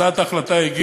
הצעת החוק,